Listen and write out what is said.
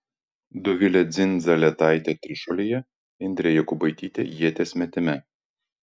dovilė dzindzaletaitė trišuolyje indrė jakubaitytė ieties metime